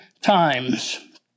times